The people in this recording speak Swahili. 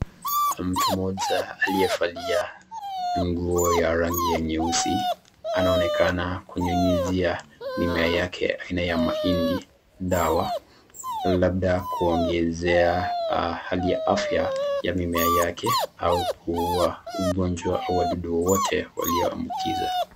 Mtu moja aliyevalia nguo ya rangi ya nyeusi anaonekana kunyunyisia mimea yake aina ya mahindi dawa labda kuongezea hali ya afya ya mimea yake au kuua ugonjwa wa wadudu wote uliyoambokizwa.